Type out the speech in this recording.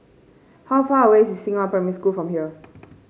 how far away is Xinghua Primary School from here